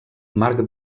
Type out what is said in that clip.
marc